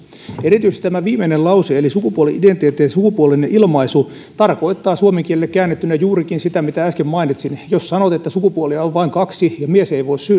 erityisesti tämä viimeinen lause eli sukupuoli identiteetti ja sukupuolen ilmaisu tarkoittaa suomen kielelle käännettynä juurikin sitä mitä äsken mainitsin jos sanot että sukupuolia on vain kaksi ja mies ei voi